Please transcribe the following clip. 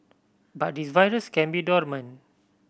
but this virus can be dormant